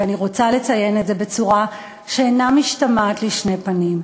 ואני רוצה לציין את זה בצורה שאינה משתמעת לשני פנים,